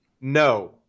no